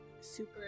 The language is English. super